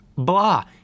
blah